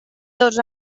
dos